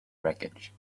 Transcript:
wreckage